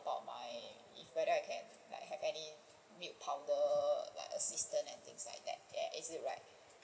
about my if whether I can like have any milk powder like assistance and things like that is it right